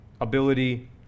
ability